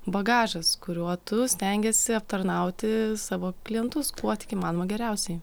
bagažas kuriuo tu stengiesi aptarnauti savo klientus kuo tik įmanoma geriausiai